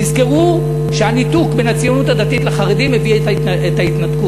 תזכרו שהניתוק בין הציונות הדתית לחרדים הביא את ההתנתקות.